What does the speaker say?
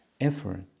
effort